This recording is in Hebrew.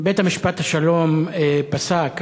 בית-משפט השלום פסק,